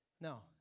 No